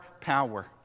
power